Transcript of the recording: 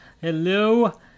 hello